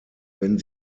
wenn